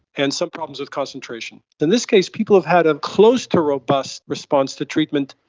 and some problems with concentration. in this case people have had a close to robust response to treatment,